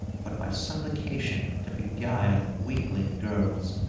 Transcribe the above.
but by supplication to beguile weakling girls.